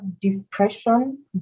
depression